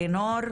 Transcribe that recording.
אלינור,